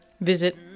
Visit